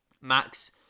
Max